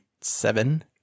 Seven